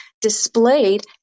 displayed